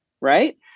right